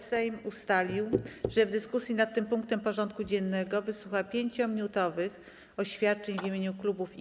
Sejm ustalił, że w dyskusji nad tym punktem porządku dziennego wysłucha 5-minutowych oświadczeń w imieniu klubów i kół.